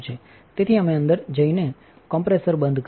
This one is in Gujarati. તેથી અમે અંદરજઈનેકોમ્પ્રેસર બંધ કરીશું